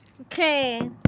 Okay